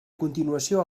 continuació